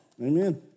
Amen